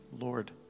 Lord